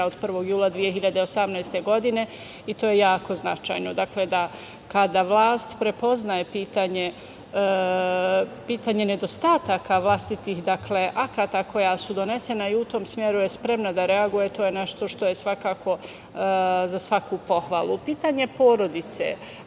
od 1. jula 2018. godine, i to je jako značajno. Dakle, kada vlast prepoznaje pitanje nedostataka vlastitih akata koja su donesena i u tom smeru je spremna da reaguje, to je nešto što je svakako za svaku pohvalu. Pitanje porodice,